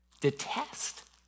Detest